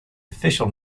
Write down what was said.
official